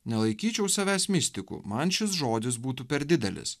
nelaikyčiau savęs mistiku man šis žodis būtų per didelis